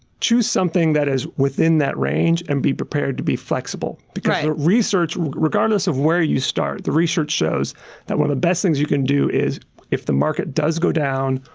choose something that is within that range and be prepared to be flexible, because regardless of where you start, the research shows that one of the best things you can do is if the market does go down,